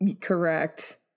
Correct